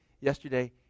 yesterday